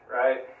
right